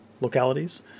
localities